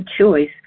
choice